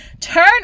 Turn